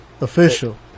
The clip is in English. official